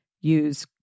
Use